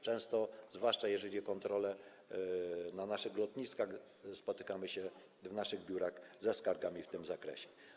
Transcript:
Często, zwłaszcza jeżeli chodzi o kontrole na naszych lotniskach, spotykamy się w naszych biurach ze skargami w tym zakresie.